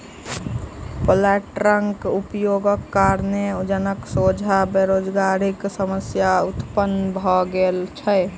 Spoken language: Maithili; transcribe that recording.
प्लांटरक उपयोगक कारणेँ जनक सोझा बेरोजगारीक समस्या उत्पन्न भ गेल छै